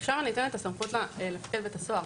שם ניתנת הסמכות למפקד בית הסוהר.